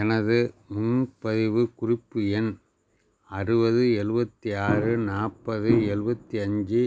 எனது முன்பதிவு குறிப்பு எண் அறுபது எழுவத்தி ஆறு நாற்பது எழுவத்தி அஞ்சு